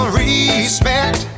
respect